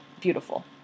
beautiful